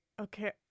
Okay